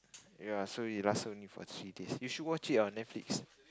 ya so it lasted only for three days you should watch it on Netflix